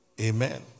Amen